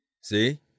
see